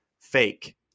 fake